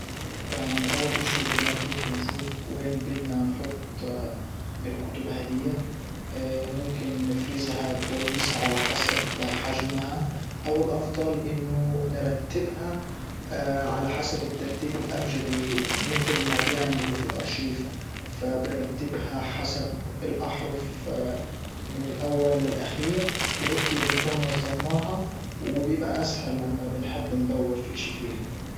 يعني اول اشي بنوجف بنشوف وين بدنا نحط الكتب هادية ممكن نفرزها كويس على حسب حجمها او الافضل انه نرتبها على حسب الترتيب الابجدي متل ما بيعملوا في الارشيف فبنرتبها حسب الاحرف من الاول للاخير وهيكي بنكون نظمناها وبيبقى اسهل لما بنحب ندور في اشي فيها.